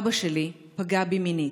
אבא שלי פגע בי מינית.